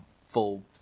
full